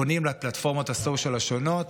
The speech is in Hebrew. פונים לפלטפורמות ה-social השונות,